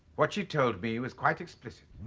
what she told me was quite explicit.